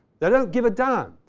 they don't give a damn.